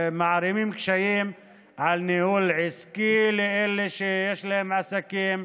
מערימים קשיים על ניהול עסקי לאלה שיש להם עסקים,